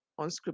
Unscripted